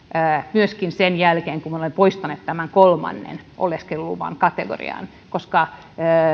myöskin sen jälkeen kun me olemme poistaneet tämän kolmannen oleskeluluvan kategorian koska